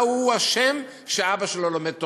מה הוא אשם שאבא שלו לומד תורה?